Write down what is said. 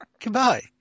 Goodbye